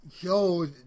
Yo